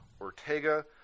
Ortega